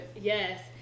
Yes